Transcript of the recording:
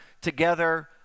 together